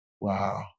Wow